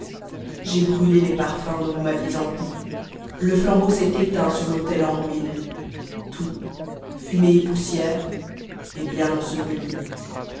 j'ai brûïé tes parfums dont vous m'aviez empli le flambeau s'est éteint sur l'aatet en raines tout famée et poassiere est bien enseveli